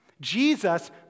Jesus